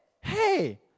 hey